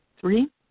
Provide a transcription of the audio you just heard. Three